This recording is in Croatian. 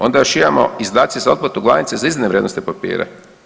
Onda još imamo izdaci za otplatu glavnice za izdane vrijednosne papire.